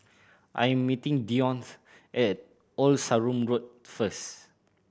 I am meeting Dionte at Old Sarum Road first